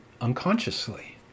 unconsciously